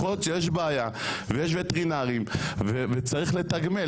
יכול להיות שיש בעיה, ויש וטרינרים, וצריך לתגמל.